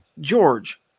George